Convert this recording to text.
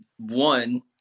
one